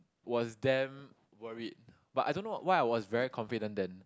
was damn worried but I don't know why I was very confident then